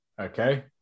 Okay